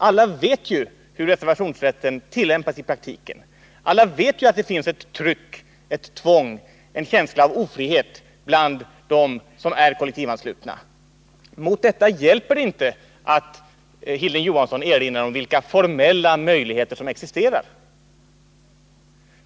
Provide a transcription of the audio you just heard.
Alla vet ju hur reservationsrätten tillämpas i praktiken. Alla vet ju att det finns ett tryck, ett tvång, en känsla av ofrihet bland dem som är kollektivanslutna. Mot detta hjälper det inte att Hilding Johansson erinrar om vilka formella möjligheter som existerar.